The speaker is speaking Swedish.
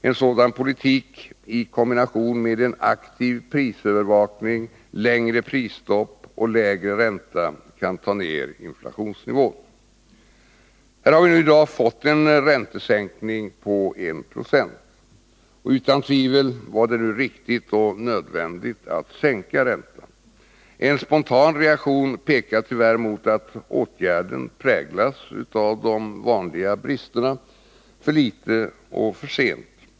En sådan politik i kombination med en aktiv prisövervakning, längre prisstopp och lägre ränta kan ta ner inflationsnivån. Här har vi nu i dag fått en räntesänkning på en procent. Utan tvivel var det riktigt och nödvändigt att sänka räntan. En spontan reaktion pekar tyvärr mot att åtgärden präglas av de vanliga bristerna — för litet och för sent.